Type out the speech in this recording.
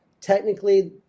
technically